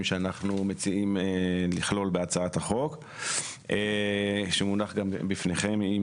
שאנחנו מציעים לכלול בהצעת החוק שמונח בפניכם עם